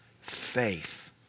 faith